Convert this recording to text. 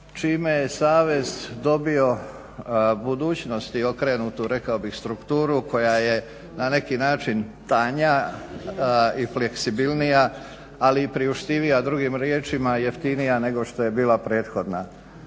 čime je savez dobio budućnost i okrenutu rekao bih strukturu koja je na neki način tanja i fleksibilnija, ali i priuštivija, drugim riječima jeftinija nego što je bila prethodna.